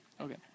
okay